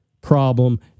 problem